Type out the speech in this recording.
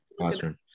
classroom